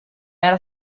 era